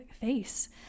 face